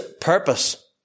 purpose